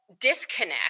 disconnect